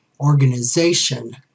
organization